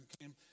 came